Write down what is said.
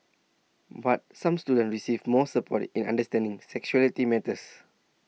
but some students receive more support in understanding sexuality matters